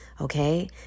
okay